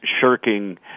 shirking